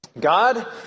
God